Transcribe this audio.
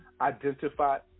identified